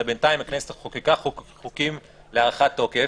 אלא בינתיים הכנסת חוקקה חוקים להארכת תוקף,